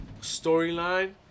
Storyline